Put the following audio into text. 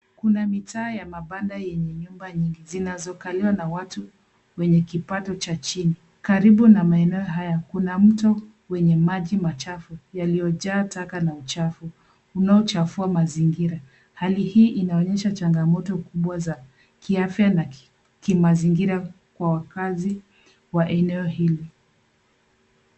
Kuna mitaa ya mabanda yenye nyumba nyingi zinazokaliwa na watu wenye kipato cha chini. Karibu na maeneo haya kuna mto wenye maji machafu yaliyojaa taka na uchafu, kunao uchafu wa mazingira. Hali hii inaonyesha changamoto kubwa za kiafya na kimazingira kwa wakaazi wa eneo hili.